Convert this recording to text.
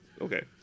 Okay